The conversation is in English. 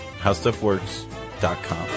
HowStuffWorks.com